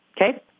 Okay